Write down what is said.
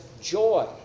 joy